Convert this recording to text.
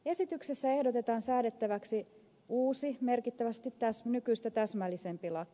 esityksessä ehdotetaan säädettäväksi uusi merkittävästi nykyistä täsmällisempi laki